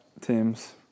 teams